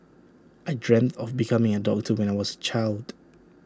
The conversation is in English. I dreamt of becoming A doctor when I was A child